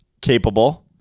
capable